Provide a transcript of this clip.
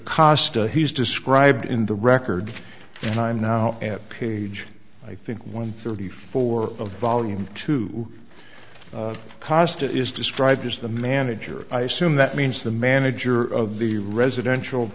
costin he's described in the record and i'm now at page i think one thirty four of volume two cost is described as the manager i assume that means the manager of the residential